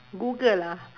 Google ah